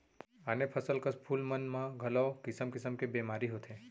आने फसल कस फूल मन म घलौ किसम किसम के बेमारी होथे